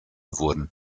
wurden